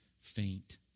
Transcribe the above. faint